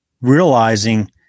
realizing